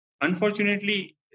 Unfortunately